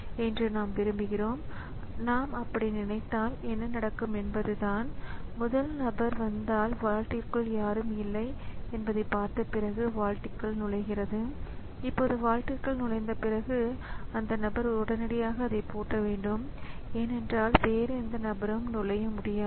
ஆகவே ஒரே ஒரு டிவைஸ் கண்ட்ரோல் மூலம் அனைத்து ஆடியோ டிவைஸ்களையும் நான் கட்டுப்பாட்டில் வைத்திருக்க முடியும் அல்லது அதுபோல ஒரு தனி டிவைஸ் கண்ட்ரோலரால் பலவிதமான வீடியோ டிவைஸ்கள் அல்லது டிஸ்க் டிரைவ்கள் போன்றவற்றை கண்ட்ரோல் செய்ய முடியும்